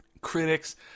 critics